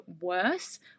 worse